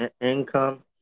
income